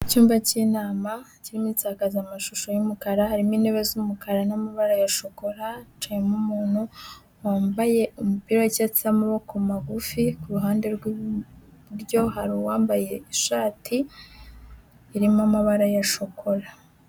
Mu icyumba cy'inama kirimo insakazamashusho y'umukara, harimo intebe z'umukara n'amabara ya shokora, hicayemo umuntu wambaye umupira w'icyatsi w'amaboko magufi, ku ruhande rw'iburyo hari uwambaye ishati irimo amabara ya shokora.